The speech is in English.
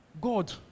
God